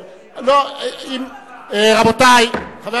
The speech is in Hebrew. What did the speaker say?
בואו נתמקד בשרים ובאמירות שלהם,